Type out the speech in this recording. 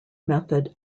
method